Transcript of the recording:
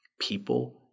People